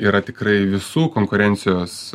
yra tikrai visų konkurencijos